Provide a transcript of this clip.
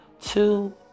Two